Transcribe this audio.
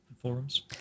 forums